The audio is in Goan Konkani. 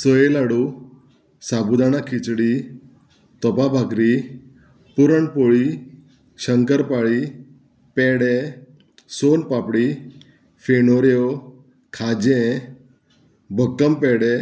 सोये लाडू साबूदाणा खिचडी तोपा भाकरी पुरणपोळी शंकर पाळी पेडे सोन पापडी फेणोऱ्यो खाजें बक्कम पेडे